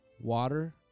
water